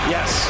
Yes